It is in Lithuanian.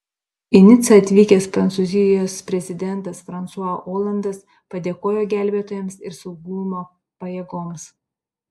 į nicą atvykęs prancūzijos prezidentas fransua olandas padėkojo gelbėtojams ir saugumo pajėgoms